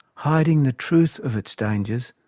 hiding the truth of its dangers,